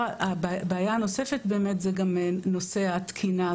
בעיה נוספת זה גם נושא התקינה.